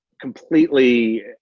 completely